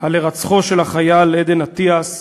על הירצחו של החייל עדן אטיאס,